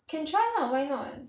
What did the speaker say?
can try lah why not